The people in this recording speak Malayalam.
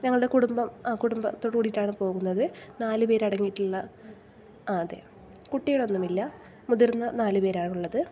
ഞങ്ങളുടെ കുടുംബ കുടുംബ തോട് കൂടിയിട്ടാണ് പോകുന്നത് നാല് പേര് അടങ്ങിയിട്ടുള്ള അതെ കുട്ടികളൊന്നുമില്ല മുതിർന്ന നാലു പേരാണുള്ളത്